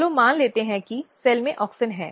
चलो मान लेते हैं कि सेल में ऑक्सिन है